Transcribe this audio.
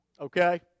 okay